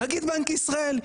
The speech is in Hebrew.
נגיד בנק ישראל.